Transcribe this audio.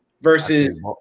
Versus